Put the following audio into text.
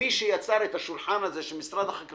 כמי שייצר את השולחן הזה שמשרד החקלאות